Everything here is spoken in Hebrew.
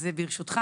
ברשותך,